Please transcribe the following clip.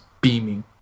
beaming